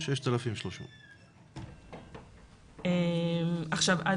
6,300. מעבר לתנאי ההעסקה של הסייעות,